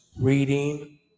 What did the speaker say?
reading